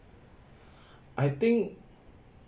I think